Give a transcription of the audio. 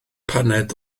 paned